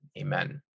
amen